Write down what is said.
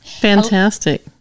fantastic